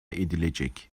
edilecek